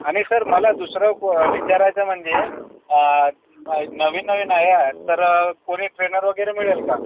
आणि सर मला दुसरं विचारायचं म्हणजे नवीन नवीन आहे तर कोणी ट्रेनर वगैरे मिळेल का